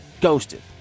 Ghosted